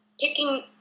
picking